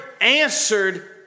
answered